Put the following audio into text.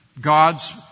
God's